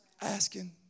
asking